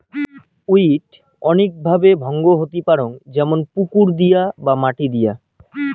weed অনৈক ভাবে ভঙ্গ হতি পারং যেমন পুকুর দিয় বা মাটি দিয়